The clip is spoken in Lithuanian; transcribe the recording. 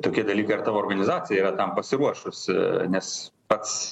tokie dalykai ar tavo organizacija yra tam pasiruošusi nes pats